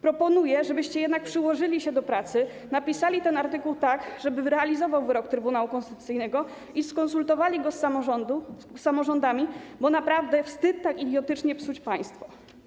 Proponuję, żebyście jednak przyłożyli się do pracy, napisali ten artykuł tak, żeby realizował wyrok Trybunału Konstytucyjnego, i skonsultowali go z samorządami, bo naprawdę wstyd tak idiotycznie psuć państwo.